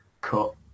cut